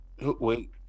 wait